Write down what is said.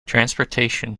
transportation